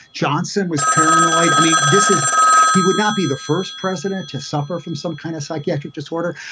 johnson was paranoid. i mean, this is he would not be the first president to suffer from some kind of psychiatric disorder.